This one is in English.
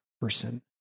person